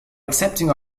accepting